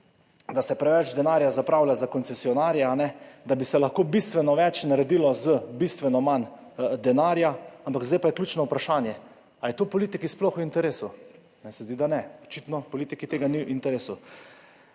da se preveč denarja zapravlja za koncesionarje, da bi se lahko bistveno več naredilo z bistveno manj denarja. Ampak zdaj pa je ključno vprašanje, ali je to politiki sploh v interesu. Meni se zdi, da ne. Očitno politiki to ni v interesu.